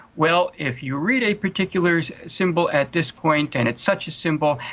well, if you read a particular symbol at this point and it's such a symbol,